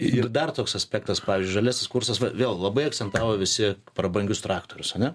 ir ir dar toks aspektas pavyzdžiui žaliasis kursas vėl labai akcentavo visi prabangius traktorius ane